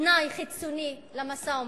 תנאי חיצוני למשא-ומתן.